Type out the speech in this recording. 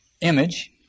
image